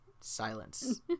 Silence